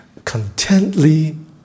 Contently